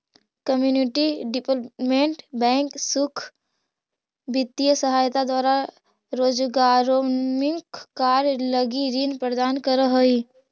community development bank सुख वित्तीय सहायता द्वारा रोजगारोन्मुख कार्य लगी ऋण प्रदान करऽ हइ